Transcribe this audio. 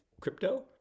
crypto